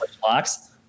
blocks